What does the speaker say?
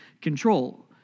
control